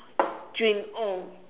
dream on